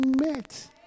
met